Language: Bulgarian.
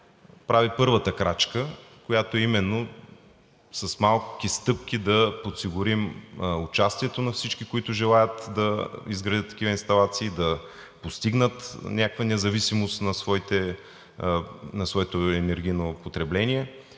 прави първата крачка – именно с малки стъпки да подсигурим участието на всички, които желаят да изградят такива инсталации, да постигнат някаква независимост на своето енергийно потребление